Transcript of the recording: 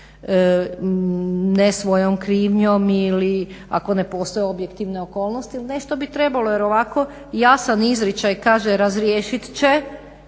ne svojom krivnjom ili ako ne postoje objektivne okolnosti. Nešto bi trebalo jer ovako jasan izričaj kaže razriješit će